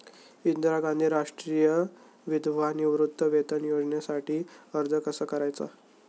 इंदिरा गांधी राष्ट्रीय विधवा निवृत्तीवेतन योजनेसाठी अर्ज कसा करायचा?